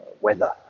weather